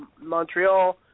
Montreal